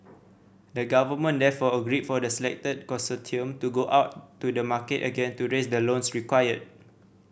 the government therefore agreed for the selected consortium to go out to the market again to raise the loans required